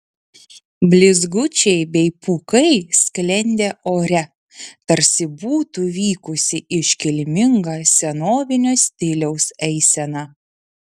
blizgučiai bei pūkai sklendė ore tarsi būtų vykusi iškilminga senovinio stiliaus eisena